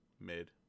mid